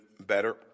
better